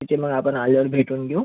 तिथे मग आपण आल्यावर भेटून घेऊ